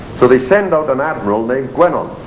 so they sent out an admiral named gwenon,